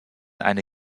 eine